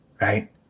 Right